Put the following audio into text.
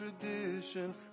tradition